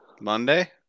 Monday